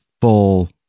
full